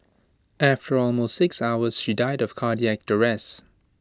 after almost six hours she died of cardiac arrest